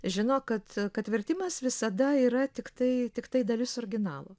žino kad kad vertimas visada yra tiktai tiktai dalis originalo